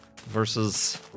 versus